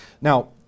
Now